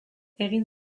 egin